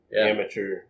amateur